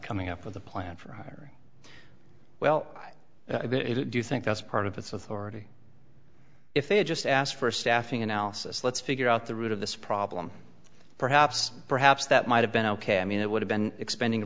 coming up with a plan for the well do you think that's part of its authority if they just asked for a staffing analysis let's figure out the root of this problem perhaps perhaps that might have been ok i mean it would have been expanding